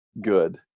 good